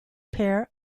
pair